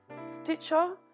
Stitcher